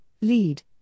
lead